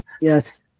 Yes